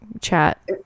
chat